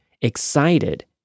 excited